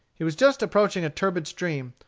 he was just approaching a turbid stream,